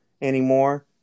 anymore